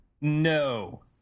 No